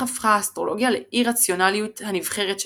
איך הפכה האסטרולוגיה לאי־רציונליות הנבחרת שלנו?,